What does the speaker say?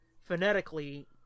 phonetically